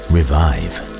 Revive